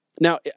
Now